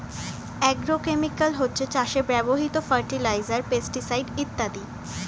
agrochemical হচ্ছে চাষে ব্যবহৃত ফার্টিলাইজার, পেস্টিসাইড ইত্যাদি